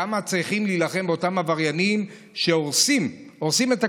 כמה צריכים להילחם באותם עבריינים שהורסים את הכול,